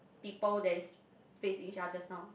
people that is facing each other just now